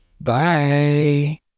Bye